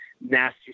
nasty